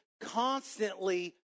constantly